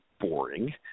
boring